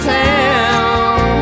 town